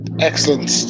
excellent